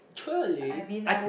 actually I